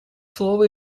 слово